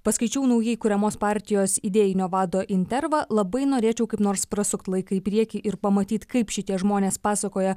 paskaičiau naujai kuriamos partijos idėjinio vado intervą labai norėčiau kaip nors prasukti laiką į priekį ir pamatyt kaip šitie žmonės pasakoja